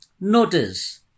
Notice